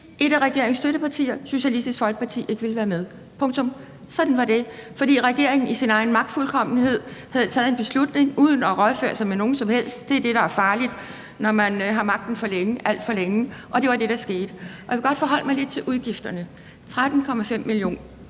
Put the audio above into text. et af regeringens støttepartier, Socialistisk Folkeparti, ikke ville være med – punktum. Sådan var det. Regeringen havde i sin egen magtfuldkommenhed taget en beslutning uden at rådføre sig med nogen som helst. Det er det, der er farligt, når man har magten for længe, alt for længe. Og det var det, der skete. Jeg vil godt forholde mig lidt til udgifterne: 13,5 mio.